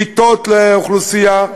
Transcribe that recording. מיטות לאוכלוסייה,